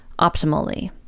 optimally